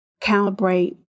calibrate